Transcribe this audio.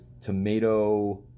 tomato